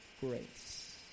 grace